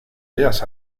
bellas